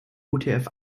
utf